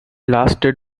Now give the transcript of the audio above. lasted